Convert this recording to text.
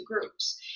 groups